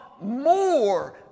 more